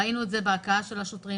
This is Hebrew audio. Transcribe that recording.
ראינו את זה בהכאה של השוטרים,